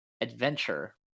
Adventure